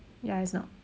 ya it's not